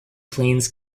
planes